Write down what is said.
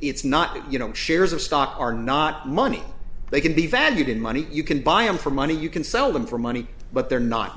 it's not you know shares of stock are not money they can be valued in money you can buy in for money you can sell them for money but they're not